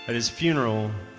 but his funeral,